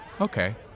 Okay